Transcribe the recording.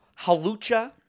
Halucha